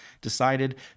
decided